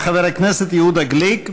חבר הכנסת יהודה גליק,